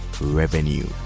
revenue